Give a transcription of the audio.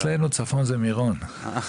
אצלנו צפון זה מירון.